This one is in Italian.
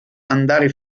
andare